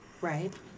Right